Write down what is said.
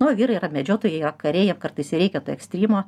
na o vyrai yra medžiotojai jie yra kariai jiem kartais reikia to ekstrymo